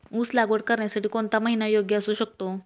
ऊस लागवड करण्यासाठी कोणता महिना योग्य असू शकतो?